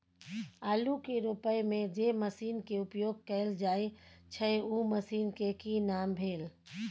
आलू के रोपय में जे मसीन के उपयोग कैल जाय छै उ मसीन के की नाम भेल?